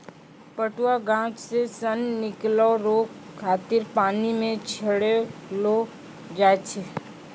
पटुआ गाछ से सन निकालै रो खातिर पानी मे छड़ैलो जाय छै